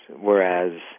Whereas